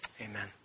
Amen